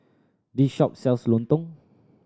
this shop sells lontong